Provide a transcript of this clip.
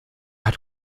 hat